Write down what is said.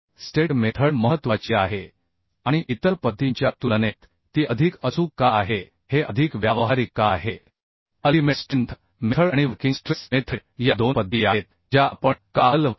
state method महत्त्वाची आहे आणि इतर पद्धतींच्या तुलनेत ती अधिक अचूक का आहे हे अधिक व्यावहारिक का आहे अल्टीमेट स्ट्रेंथ मेथड आणि वर्किंग स्ट्रेस मेथड या दोन पद्धती आहेत ज्या आपण का हलवत आहोत